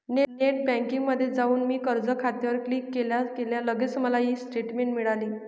net बँकिंगमध्ये जाऊन मी कर्ज खात्यावर क्लिक केल्या केल्या लगेच मला ई स्टेटमेंट मिळाली